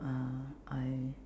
uh I